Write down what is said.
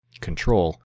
control